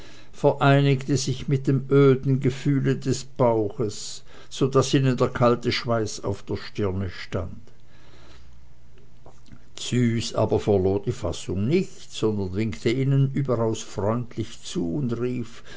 vereinigte sich mit dem öden gefühle des bauches so daß ihnen der kalte schweiß auf der stirne stand züs verlor aber die fassung nicht sondern winkte ihnen überaus freundlich zu und rief